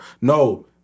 No